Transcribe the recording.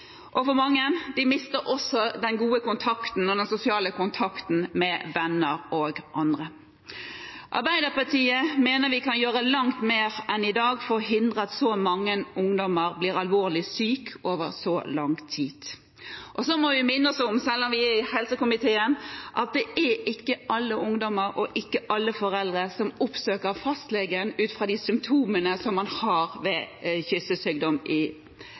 eller kultur. Mange mister også den gode og sosiale kontakten med venner og andre. Arbeiderpartiet mener vi kan gjøre langt mer enn i dag for å hindre at så mange ungdommer blir alvorlig syke over så lang tid. Så må vi minne oss om, selv om vi i er helsekomiteen, at ikke alle ungdommer og ikke alle foreldre oppsøker fastlegen ut fra de symptomene som man har ved kyssesykdom i